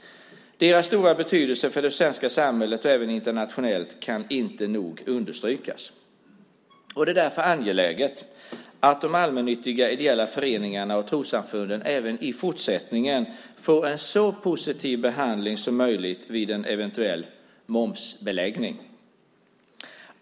Deras stora betydelse för det svenska samhället och internationellt kan inte nog understrykas. Det är därför angeläget att de allmännyttiga ideella föreningarna och trossamfunden även i fortsättningen får en så positiv behandling som möjligt vid en eventuell momsbeläggning.